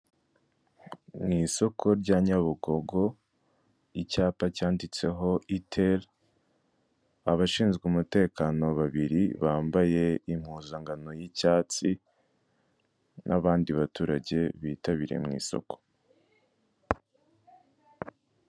Mu isoko rya Nyabugogo, icyapa cyanditseho iteri, abashinzwe umutekano babiri bambaye impuzangano y'icyatsi n'abandi baturage bitabiriye mu isoko.